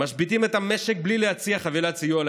משביתים את המשק בלי להציע חבילת סיוע לעסקים,